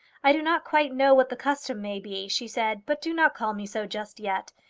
i do not quite know what the custom may be, she said, but do not call me so just yet.